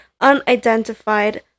unidentified